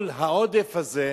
כל העודף הזה,